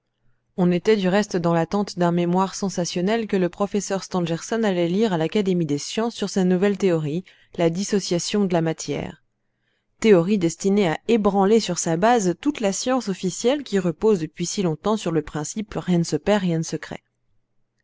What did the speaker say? on était du reste dans l'attente d'un mémoire sensationnel que le professeur stangerson allait lire à l'académie des sciences sur sa nouvelle théorie la dissociation de la matière théorie destinée à ébranler sur sa base toute la science officielle qui repose depuis si longtemps sur le principe rien ne se perd rien ne